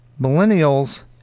Millennials